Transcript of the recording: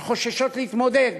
שחוששות להתמודד,